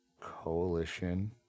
Coalition